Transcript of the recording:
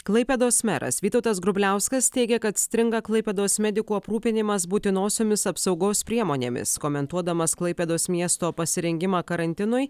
klaipėdos meras vytautas grubliauskas teigė kad stringa klaipėdos medikų aprūpinimas būtinosiomis apsaugos priemonėmis komentuodamas klaipėdos miesto pasirengimą karantinui